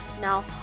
Now